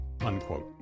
unquote